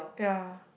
yeah